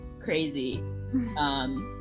crazy